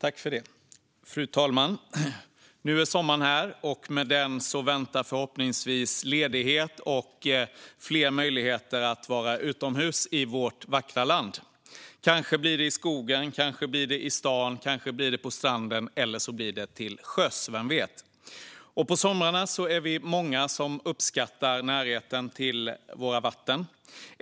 Fru talman! Nu är sommaren här. Med den väntar förhoppningsvis ledighet och fler möjligheter att vara utomhus i vårt vackra land. Kanske blir det i skogen, i stan, på stranden eller till sjöss - vem vet? På sommaren är vi många som uppskattar närheten till våra vatten.